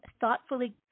thoughtfully